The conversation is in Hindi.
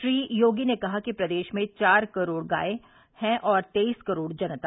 श्री योगी ने कहा कि प्रदेश में चार करोड़ गाये है और तेईस करोड़ जनता